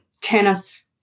tennis